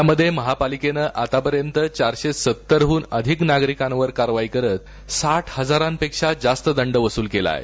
यामध्ये महापालिकेन आतापर्यंत चारशे सत्तरहन अधक नागरिकावर कारवाई करत साठ हजारांपेक्षा जास्त दंड वसूल केला आहे